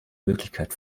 möglichkeit